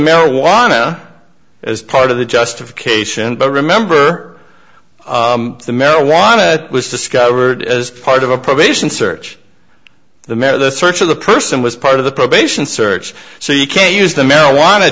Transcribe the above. marijuana as part of the justification but remember the marijuana was discovered as part of a probation search the measure the search of the person was part of the probation search so you can use the marijuana